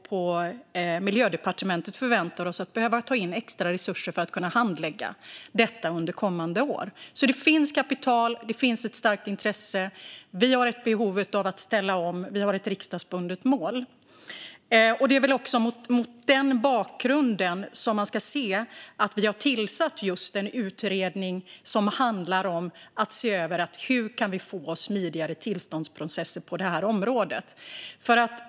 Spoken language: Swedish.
På Miljödepartementet tror vi till och med att vi behöver ta in extra resurser för att kunna handlägga detta under kommande år. Det finns alltså kapital och ett starkt intresse. Vi har behov av att ställa om, och det finns ett riksdagsbundet mål. Det är mot denna bakgrund som man ska se att vi har tillsatt en utredning som handlar om att se över hur tillståndsprocesserna på området kan bli smidigare.